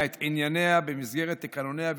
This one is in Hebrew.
את ענייניה במסגרת תקנוניה ותקציבה,